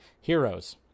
Heroes